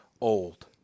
old